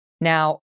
Now